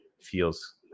feels